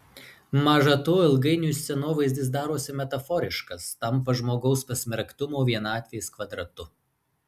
maža to ilgainiui scenovaizdis darosi metaforiškas tampa žmogaus pasmerktumo vienatvės kvadratu